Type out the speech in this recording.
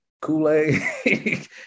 Kool-Aid